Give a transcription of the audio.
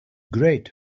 great